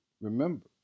Remember